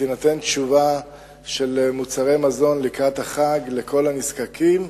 ותינתן תשובה של מוצרי מזון לקראת החג לכל הנזקקים.